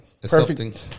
Perfect